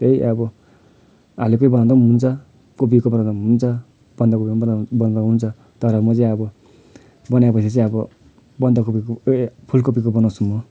त्यही अब आलुकै बनाउँदा पनि हुन्छ कोपीको बनाउँदा पनि हुन्छ बन्द कोपीको बनाउँ बनाउँदा हुन्छ तर म चाहिँ अब बनायो पछि चाहिँ अब बन्द कोपी ए ए फुल कोपीको बनाउँछु म